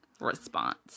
response